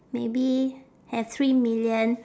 maybe have three million